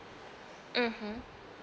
mmhmm